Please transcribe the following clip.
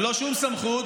ללא שום סמכות,